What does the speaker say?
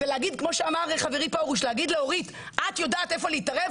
ולומר לאורית: את יודעת איפה להתערב?